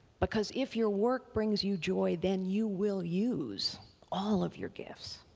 because if your work brings you joy then you will use all of your gifts.